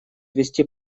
вести